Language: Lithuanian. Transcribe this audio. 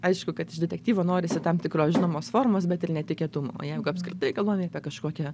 aišku kad iš detektyvo norisi tam tikros žinomos formos bet ir netikėtumo jeigu apskritai galvojame apie kažkokią